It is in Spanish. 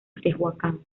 tehuacán